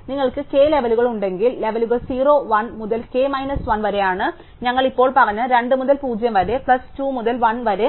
അതിനാൽ നിങ്ങൾക്ക് k ലെവലുകൾ ഉണ്ടെങ്കിൽ ലെവലുകൾ 0 1 മുതൽ k മൈനസ് 1 വരെയാണ് ഞങ്ങൾ ഇപ്പോൾ പറഞ്ഞത് 2 മുതൽ 0 വരെ പ്ലസ് 2 മുതൽ 1 വരെ